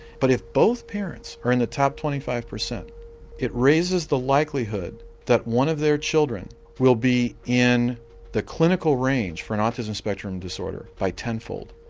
but if both parents are in the top twenty five percent it raises the likelihood that one of their children will be in the clinical range for an autism spectrum disorder by tenfold.